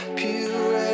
pure